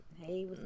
Hey